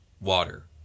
water